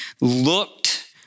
looked